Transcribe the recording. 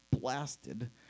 blasted